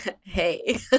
hey